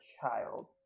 child